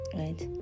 right